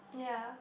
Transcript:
ya